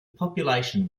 population